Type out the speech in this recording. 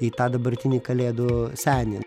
į tą dabartinį kalėdų senį